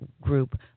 group